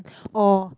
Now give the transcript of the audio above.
oh